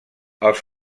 als